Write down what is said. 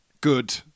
good